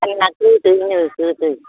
भुटानना गोदैनो गोदै